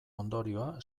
ondorioa